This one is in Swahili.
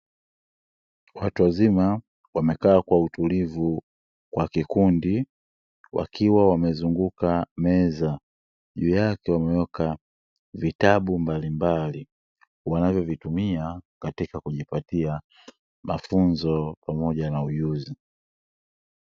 Watu wazima wamekaa kwa utulivu kwa kikundi, wakiwa wamezunguka meza, juu yake wameweka vitabu mbalimbali wanavyovitumia katika kujipatia mafunzo pamoja na ujuzi.